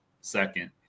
second